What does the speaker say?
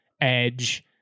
edge